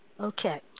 Okay